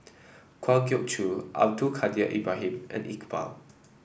Kwa Geok Choo Abdul Kadir Ibrahim and Iqbal